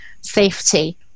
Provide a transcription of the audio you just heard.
safety